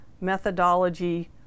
methodology